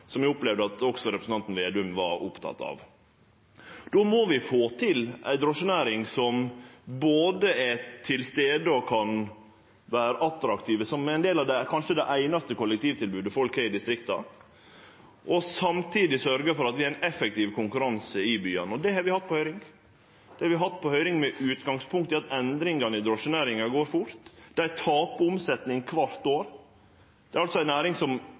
som eg opplevde at også representanten Slagsvold Vedum var oppteken av. Då må vi få til ei drosjenæring som både er til stades og kan vere attraktiv, og som er ein del av kanskje det einaste kollektivtilbodet folk har i distrikta, og samtidig sørgje for at vi har ein effektiv konkurranse i byane. Det har vi hatt på høyring. Det har vi hatt på høyring med utgangspunkt i at endringane i drosjenæringa går fort. Dei tapar omsetning kvart år. Det er altså ei næring som